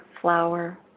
flower